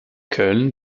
köln